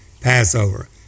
Passover